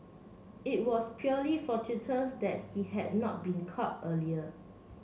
it was purely fortuitous that he had not been caught earlier